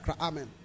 Amen